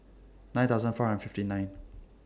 nine thousand four hundred and fifty nine